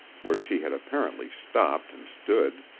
where she had apparently stopped and stood.